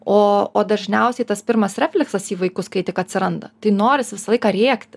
o o dažniausiai tas pirmas refleksas į vaikus kai tik atsiranda tai noris visą laiką rėkti